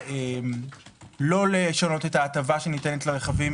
לא לשנות את ההטבה שניתנת לרכבים